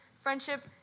friendship